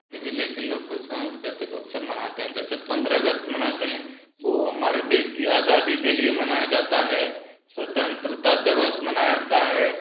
ज़िले के लोग सांस्कृतिक उत्सव मनाते हैं जैसे पंद्रह अगस्त मनाते हैं वह हमारे देश की आज़ादी के लिए मनाया जाता है स्वतंत्रता दिवस मनाया जाता है